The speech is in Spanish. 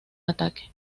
ataque